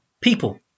people